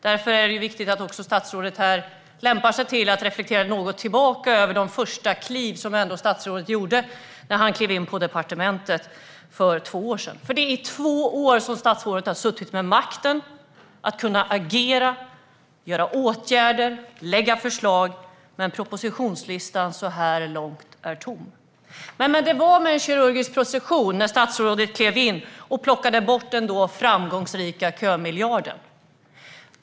Därför är det viktigt att statsrådet reflekterar något över de första kliv han gjorde när han klev in på departementet för två år sedan. I två år har statsrådet suttit vid makten och kunnat agera, vidta åtgärder och lägga fram förslag. Men propositionslistan är så här långt tom. Det var med kirurgisk precision som statsrådet klev in och plockade bort den då framgångsrika kömiljarden.